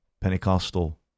Pentecostal